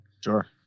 Sure